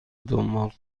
دنبال